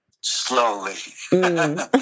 Slowly